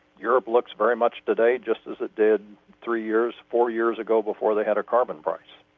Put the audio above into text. europe looks very much today just as it did three years, four years ago before they had a carbon price.